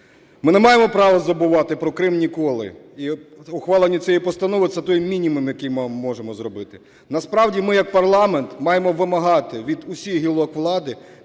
Ми не маємо права забувати про Крим ніколи. І ухвалення цієї постанови – це той мінімум, який ми можемо зробити. Насправді, ми як парламент маємо вимагати від усіх гілок влади